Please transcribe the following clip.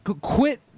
Quit